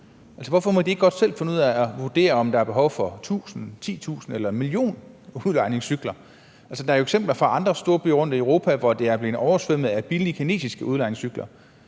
hvorfor må de ikke selv finde ud at vurdere, om der er behov for 1.000, 10.000 eller 1 million udlejningscykler? Der er jo eksempler fra andre storbyer rundtomkring i Europa på, at de er blevet oversvømmet af billige kinesiske udlejningscykler.